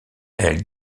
elle